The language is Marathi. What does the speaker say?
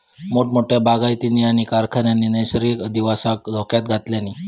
मोठमोठ्या बागायतींनी आणि कारखान्यांनी नैसर्गिक अधिवासाक धोक्यात घातल्यानी